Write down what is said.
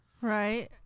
Right